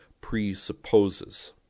presupposes